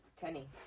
tenny